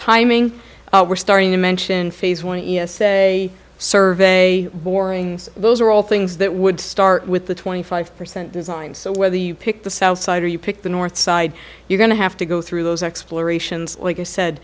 timing we're starting to mention phase one survey boring those are all things that would start with the twenty five percent design so whether you pick the south side or you pick the north side you're going to have to go through those explorations like you said